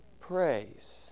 Praise